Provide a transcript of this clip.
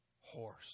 horse